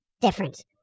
different